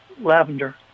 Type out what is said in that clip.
lavender